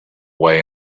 way